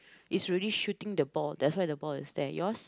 is already shooting the ball that's why the ball is there yours